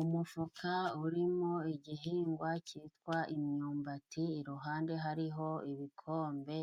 Umufuka urimo igihingwa cyitwa imyumbati， iruhande hariho ibikombe